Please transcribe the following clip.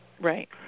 Right